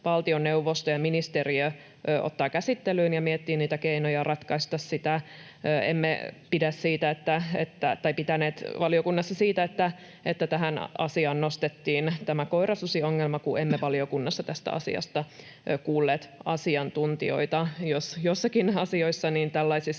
valtioneuvosto ja ministeriö ottaa käsittelyyn ja miettii keinoja ratkaista sitä. Emme pitäneet valiokunnassa siitä, että tähän asiaan nostettiin tämä koirasusiongelma, kun emme valiokunnassa tästä asiasta kuulleet asiantuntijoita. Jos jossakin niin